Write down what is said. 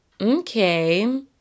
okay